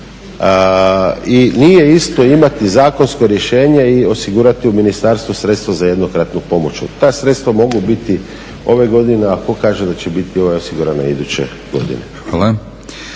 I nije isto imati zakonsko rješenje i osigurati u ministarstvu sredstva za jednokratnu pomoć. Ta sredstva mogu biti ove godine a tko kaže da će biti osigurana iduće godine.